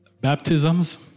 baptisms